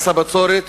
מס הבצורת